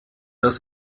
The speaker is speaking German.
das